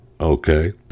okay